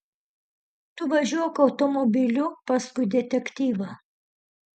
tu važiuok automobiliu paskui detektyvą